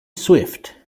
swift